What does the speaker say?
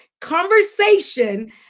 conversation